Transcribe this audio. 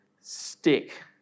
stick